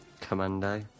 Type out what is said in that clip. Commando